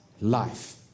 life